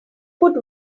put